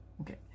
Okay